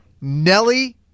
Nelly